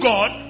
God